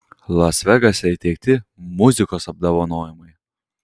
las vegase įteikti muzikos apdovanojimai